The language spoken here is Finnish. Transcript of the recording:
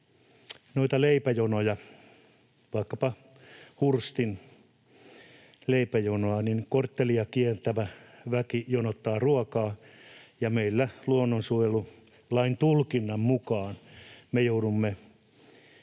leipäjonoja, vaikkapa Hurstin leipäjonoa, niin korttelia kiertävä väki jonottaa ruokaa, ja luonnonsuojelulain tulkinnan mukaan me joudumme